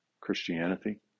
Christianity